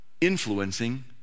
influencing